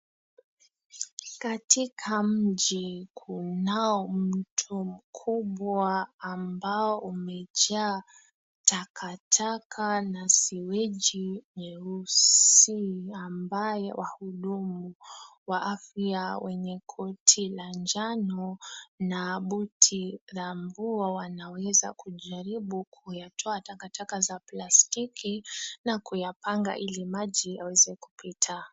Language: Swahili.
Katika mji kunao mto mkubwa ambao umejaa takataka na siweji nyeusi ambayo wahudumu wa afya wenye koti la njano na buti la mvua wanaweza kujaribu kuyatoa taktaka za plastiki na kuyapanga ili maji yaweze kupita.